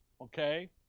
okay